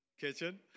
Kitchen